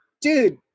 dude